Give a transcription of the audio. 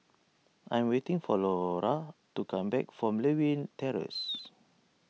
I'm waiting for Lora to come back from Lewin Terrace